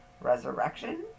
Resurrection